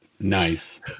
Nice